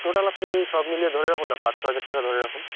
total আপনি সব মিলিয়ে ধরে রাখুন না পাঁচ ছহাজার টাকা ধরে রাখুন